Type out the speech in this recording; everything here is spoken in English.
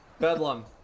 Bedlam